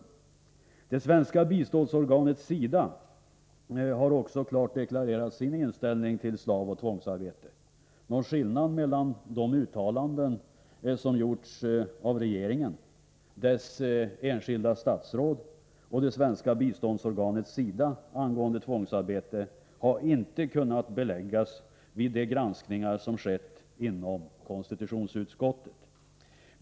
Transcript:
Även det svenska biståndsorganet SIDA har klart deklarerat sin inställning till slavoch tvångsarbete. Någon skillnad mellan de uttalanden som gjorts av regeringen, av dess enskilda statsråd och av det svenska biståndsorganet SIDA angående tvångsarbete har inte kunnat beläggas vid de granskningar som skett inom konstitutionsutskottet.